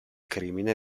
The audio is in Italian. crimine